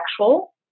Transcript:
sexual